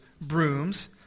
brooms